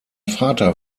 vater